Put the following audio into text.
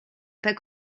pas